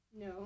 No